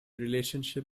relationship